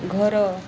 ଘର